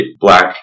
black